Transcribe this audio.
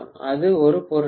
அது ஒரு பொருட்டல்ல